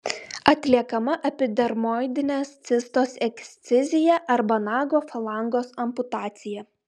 atliekama epidermoidinės cistos ekscizija arba nago falangos amputacija